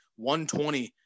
120